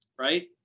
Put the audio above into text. Right